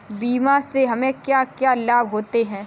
बीमा से हमे क्या क्या लाभ होते हैं?